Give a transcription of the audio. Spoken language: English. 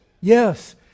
Yes